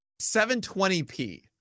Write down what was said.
720p